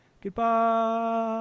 Goodbye